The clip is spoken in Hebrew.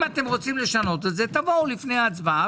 אם אתם רוצים לשנות את זה תבואו לפני ההצבעה